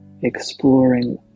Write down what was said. exploring